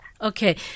okay